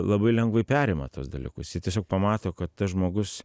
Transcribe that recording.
labai lengvai perima tuos dalykus jie tiesiog pamato kad tas žmogus